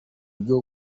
ryo